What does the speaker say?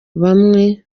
bamwe